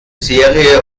serie